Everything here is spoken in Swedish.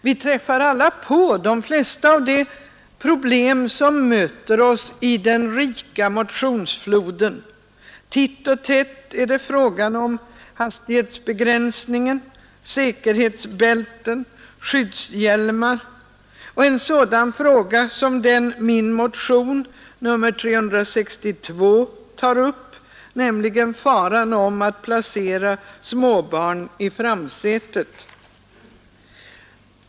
Vi träffar alla på de flesta av de problem som möter oss i den rika motionsfloden. Titt och tätt är det fråga om hastighetsbegränsningar, säkerhetsbälten, skyddshjälmar och en fråga som den som tas upp i min motion nr 362, nämligen faran av att placera småbarn i framsätet.